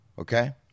okay